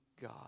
God